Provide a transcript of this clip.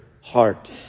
heart